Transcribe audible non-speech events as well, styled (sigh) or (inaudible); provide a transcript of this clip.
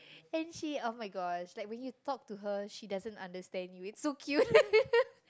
and she oh-my-gosh like when you talk to her she doesn't understand you it's so cute (laughs)